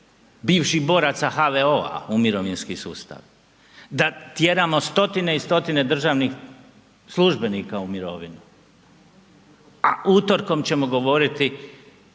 bivših boraca HVO-a u mirovinski sustav, da tjeramo stotine i stotine državnih službenika u mirovinu, a utorkom ćemo govoriti